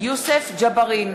יוסף ג'בארין,